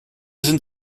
sind